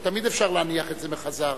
כי תמיד אפשר להניח את זה בחזרה,